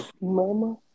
Mama